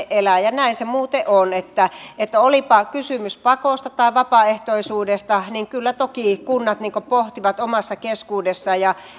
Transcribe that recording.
elää ja näin se muuten on että että olipa kysymys pakosta tai vapaaehtoisuudesta niin kyllä toki kunnat pohtivat omassa keskuudessaan ja